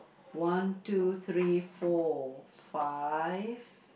one two three four five